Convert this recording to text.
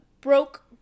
broke